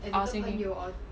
I was thinking